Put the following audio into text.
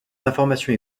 informations